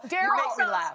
Daryl